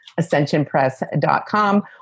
ascensionpress.com